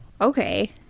okay